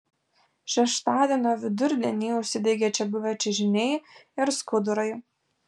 šeštadienio vidurdienį užsidegė čia buvę čiužiniai ir skudurai